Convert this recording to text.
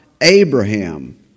Abraham